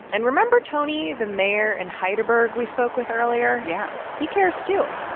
and remember tony, the mayor in hydaburg we spoke with earlier? yeah he cares, too.